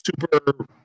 Super